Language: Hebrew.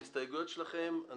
אנחנו נגיע להסתייגויות שלכם.